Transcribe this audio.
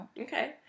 Okay